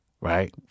Right